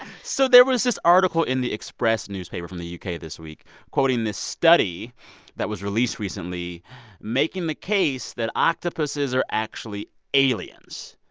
so there was this article in the express newspaper from the u k. this week quoting this study that was released recently making the case that octopuses are actually aliens.